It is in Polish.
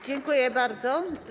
Dziękuję bardzo.